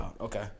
okay